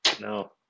No